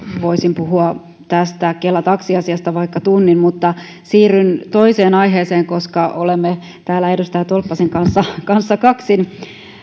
voisin puhua tästä kela taksiasiasta vaikka tunnin mutta siirryn toiseen aiheeseen koska olemme täällä edustaja tolppasen kanssa kanssa kaksin